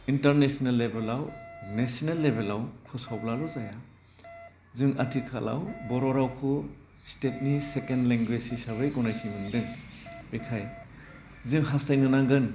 international लेबेलाव national लेबेलाव फोसावब्लाल' जाया जों आथिखालाव बर' रावखौ स्टेटनि सेकेन्ड लेंगुवेस हिसाबै गनायथि मोन्दों बेखाय जों हास्थायनो नांगोन